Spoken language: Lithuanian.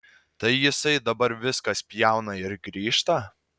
tai jisai dabar viską spjauna ir grįžta